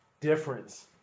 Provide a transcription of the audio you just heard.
difference